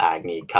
Agni